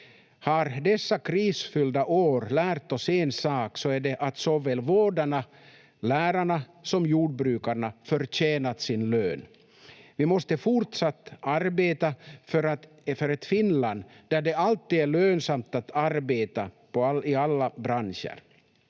Har dessa krisfyllda år lärt oss en sak är det att såväl vårdarna, lärarna som jordbrukarna förtjänat sin lön. Vi måste fortsatt arbeta för ett Finland där det alltid är lönsamt att arbeta, i alla branscher.